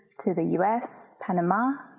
to the u s. panama,